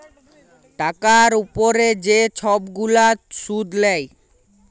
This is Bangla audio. টাকার উপরে যে ছব গুলা সুদ লেয়